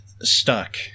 stuck